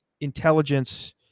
intelligence